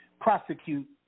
Prosecute